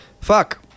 fuck